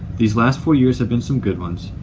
these last four years have been some good ones,